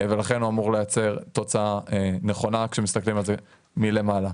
ולכן הוא אמור לייצר תוצאה נכונה כשמסתכלים על זה מלמעלה.